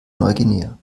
neuguinea